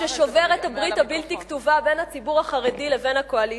ששובר את הברית הבלתי-כתובה בין הציבור החרדי לבין הקואליציה,